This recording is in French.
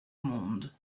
monde